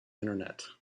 internet